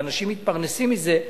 ואנשים מתפרנסים מזה.